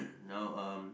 now um